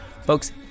Folks